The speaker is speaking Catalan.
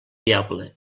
diable